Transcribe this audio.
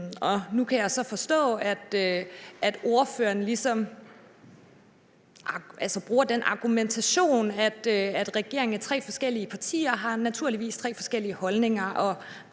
Nu kan jeg så forstå, at ordføreren ligesom bruger den argumentation, at en regering bestående af tre forskellige partier naturligvis har tre forskellige holdninger,